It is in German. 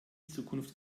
zukunft